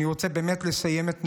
אני רוצה באמת לסיים את נאומי,